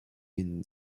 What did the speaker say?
been